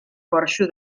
porxo